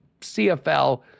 CFL